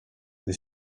gdy